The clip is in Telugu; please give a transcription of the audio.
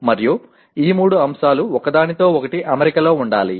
మరియు ఈ మూడు అంశాలు ఒకదానితో ఒకటి అమరికలో ఉండాలి